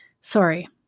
Sorry